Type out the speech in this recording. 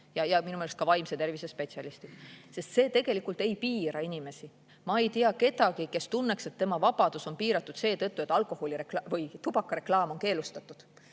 ja minu meelest ka vaimse tervise spetsialistid. See tegelikult ei piira inimesi. Ma ei tea kedagi, kes tunneks, et tema vabadus on piiratud seetõttu, et tubakareklaam on keelustatud.